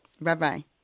Bye-bye